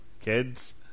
kids